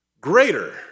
greater